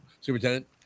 Superintendent